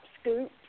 scoop